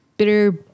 bitter